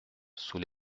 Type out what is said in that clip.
sous